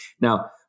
Now